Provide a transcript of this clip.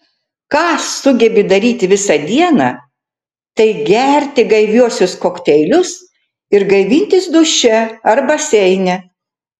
ką sugebi daryti visą dieną tai gerti gaiviuosius kokteilius ir gaivintis duše ar baseine